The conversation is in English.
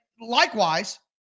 likewise